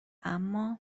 اما